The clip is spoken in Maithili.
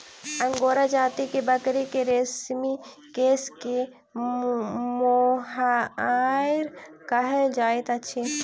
अंगोरा जाति के बकरी के रेशमी केश के मोहैर कहल जाइत अछि